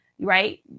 right